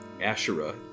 Asherah